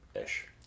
Ish